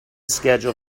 schedule